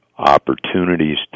Opportunities